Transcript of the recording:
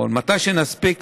או מתי שנספיק,